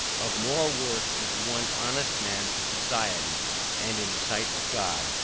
of more worth is one honest man to society and in the sight of god,